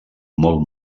molt